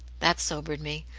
that sobered me.